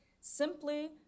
simply